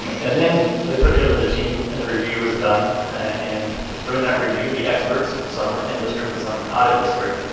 um and then, they put together the team and the review is done. and during that review the experts, some from in district and some from out of district,